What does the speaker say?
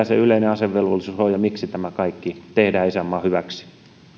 se yleinen asevelvollisuus on ja miksi tämä kaikki tehdään isänmaan hyväksi